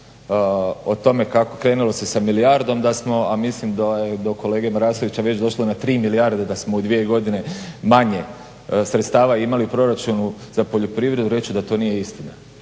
o tome kako krenulo se sa milijardom, da smo a mislim do kolege Marasovića već došlo na 3 milijarde da smo u 2 godine manje sredstava imali u proračunu za poljoprivredu reći ću da to nije istina.